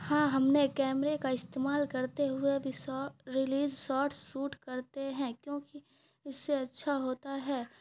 ہاں ہم نے کیمرے کا استعمال کرتے ہوئے بھی ریلیز ساٹ سوٹ کرتے ہیں کیونکہ اس سے اچھا ہوتا ہے